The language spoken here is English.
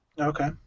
Okay